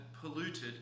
polluted